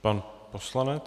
Pan poslanec.